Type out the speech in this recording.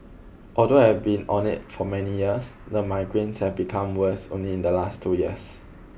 although I have been on it for many years the migraines have become worse only in the last two years